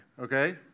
okay